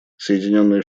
соединенные